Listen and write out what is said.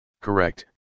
Correct